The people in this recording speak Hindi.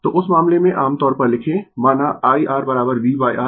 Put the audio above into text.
तो उस मामले में आम तौर पर लिखें माना IRVR